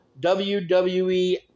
WWE